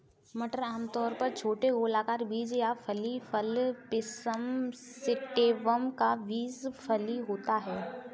मटर आमतौर पर छोटे गोलाकार बीज या फली फल पिसम सैटिवम का बीज फली होता है